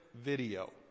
video